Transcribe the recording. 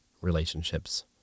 relationships